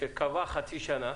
שקבע חצי שנה?